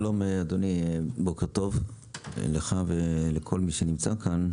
שלום אדוני, בוקר טוב לך ולכל מי שנמצא כאן.